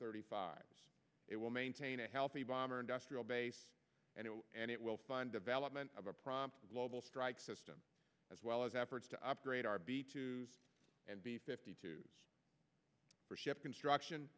thirty five it will maintain a healthy bomber industrial base and it will fund development of a prompt global strike system as well as efforts to upgrade our be twos and b fifty two for shipping struction